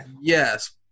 Yes